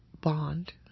bond